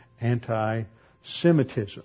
anti-Semitism